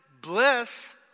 bless